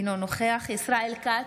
אינו נוכח ישראל כץ,